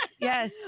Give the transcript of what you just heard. yes